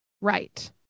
right